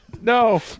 No